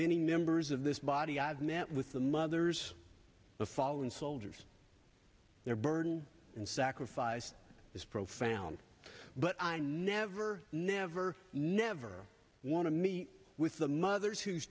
many members of this body i've met with the mothers of fallen soldiers their burden and sacrifice is profound but i never never never want to meet with the mothers whose